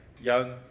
Young